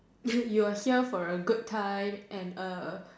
you were here for a good time and a